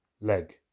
leg